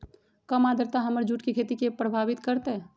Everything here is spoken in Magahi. कम आद्रता हमर जुट के खेती के प्रभावित कारतै?